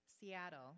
Seattle